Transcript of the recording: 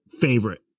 favorite